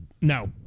No